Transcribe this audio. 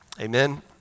amen